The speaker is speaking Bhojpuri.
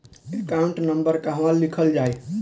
एकाउंट नंबर कहवा लिखल जाइ?